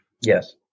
Yes